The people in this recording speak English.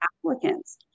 applicants